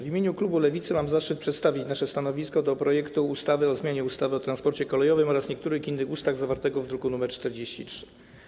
W imieniu klubu Lewica mam zaszczyt przedstawić stanowisko dotyczące projektu ustawy o zmianie ustawy o transporcie kolejowym oraz niektórych innych ustaw, druk nr 43.